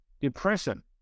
depression